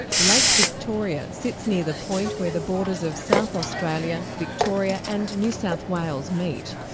like victoria sits near the point where the borders of south australia, victoria and new south wales meet.